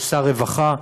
כשר רווחה.